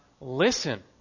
listen